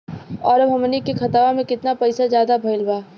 और अब हमनी के खतावा में कितना पैसा ज्यादा भईल बा?